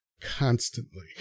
constantly